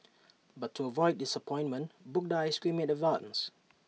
but to avoid disappointment book the Ice Cream in advance